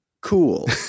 cool